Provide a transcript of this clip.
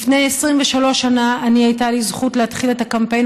לפני 23 שנה הייתה לי זכות להתחיל את הקמפיין